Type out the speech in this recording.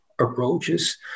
approaches